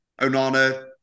Onana